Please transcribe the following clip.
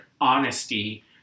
honesty